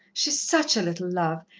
she's such a little love,